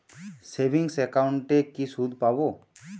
Savings একাউন্টে কি সুদ পাব?